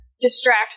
distract